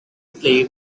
play